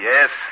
Yes